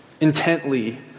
intently